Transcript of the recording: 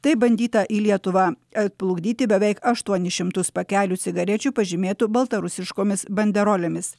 taip bandyta į lietuvą atplukdyti beveik aštuonis šimtus pakelių cigarečių pažymėtų baltarusiškomis banderolėmis